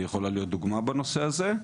היא יכולה להיות דוגמא בנושא הזה.